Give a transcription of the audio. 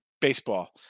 baseball